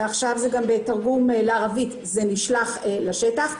ועכשיו גם בתרגום לערבית זה נשלח לשטח,